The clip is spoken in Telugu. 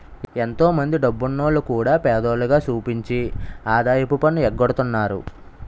ఎంతో మందో డబ్బున్నోల్లు కూడా పేదోల్లుగా సూపించి ఆదాయపు పన్ను ఎగ్గొడతన్నారు